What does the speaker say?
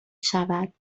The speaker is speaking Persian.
شود